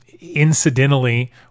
incidentally